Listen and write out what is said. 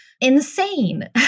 insane